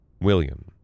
William